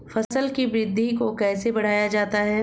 फसल की वृद्धि को कैसे बढ़ाया जाता हैं?